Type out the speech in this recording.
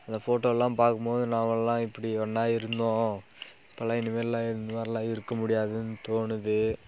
அந்த ஃபோட்டோலெலாம் பார்க்கும்போது நாங்களெலாம் இப்படி ஒன்றா இருந்தோம் இப்பெலாம் இனிமேலெலாம் இது மாதிரிலாம் இருக்க முடியாதுன்னு தோணுது